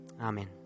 Amen